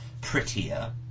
prettier